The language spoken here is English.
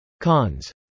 Cons